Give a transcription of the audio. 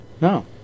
No